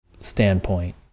standpoint